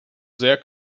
sehr